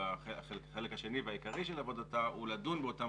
החלק השני והעיקרי של עבודתה הוא לדון באותם